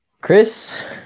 Chris